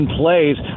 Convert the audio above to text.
plays